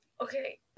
Okay